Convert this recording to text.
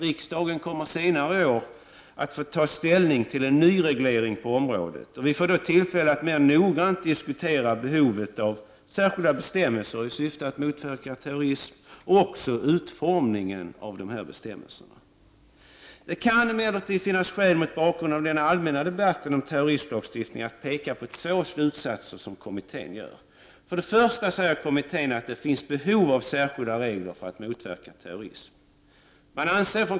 Riksdagen kommer senare i år att få ta ställning till en nyreglering på området, och vi får då tillfälle att mer noggrant diskutera behovet av särskilda bestämmelser i syfte att motverka terrorism, och också utformningen av sådana bestämmelser. Det kan emellertid finnas skäl, mot bakgrund av den allmänna debatten om terroristlagstiftningen, att peka på två slutstser som kommittén drar. Den första slutsatsen är att det finns behov av särskilda regler för att motverka terrorism.